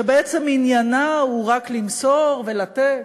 שבעצם עניינה הוא רק למסור ולתת,